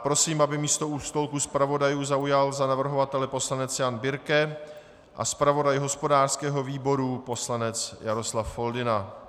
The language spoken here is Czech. Prosím, aby místo u stolku zpravodajů zaujal za navrhovatele poslanec Jan Birke a zpravodaj hospodářského výboru poslanec Jaroslav Foldyna.